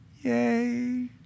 Yay